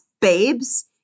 babes